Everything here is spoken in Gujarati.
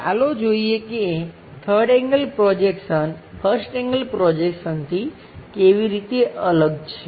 ચાલો જોઈએ કે 3rd angle projection 1st angle પ્રોજેક્શનથી કેવી રીતે અલગ છે